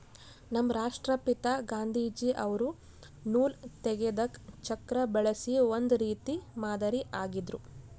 ನಮ್ ರಾಷ್ಟ್ರಪಿತಾ ಗಾಂಧೀಜಿ ಅವ್ರು ನೂಲ್ ತೆಗೆದಕ್ ಚಕ್ರಾ ಬಳಸಿ ಒಂದ್ ರೀತಿ ಮಾದರಿ ಆಗಿದ್ರು